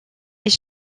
est